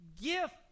gift